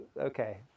okay